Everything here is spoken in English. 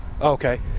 Okay